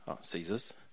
Caesar's